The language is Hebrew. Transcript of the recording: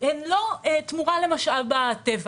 הן לא תמורה למשאב הטבע.